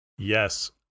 Yes